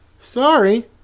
Sorry